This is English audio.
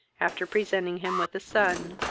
after presenting him with a son